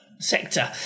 sector